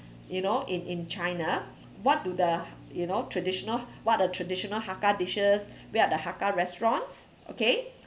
you know in in china what do the you know traditional what a traditional hakka dishes where are the hakka restaurants okay